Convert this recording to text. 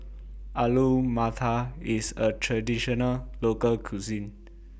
Alu Matar IS A Traditional Local Cuisine